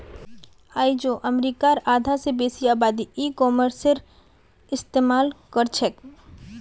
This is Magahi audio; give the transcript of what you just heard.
आइझो अमरीकार आधा स बेसी आबादी ई कॉमर्सेर इस्तेमाल करछेक